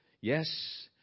Yes